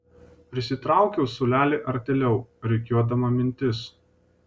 prisitraukiau suolelį artėliau rikiuodama mintis